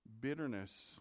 bitterness